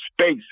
space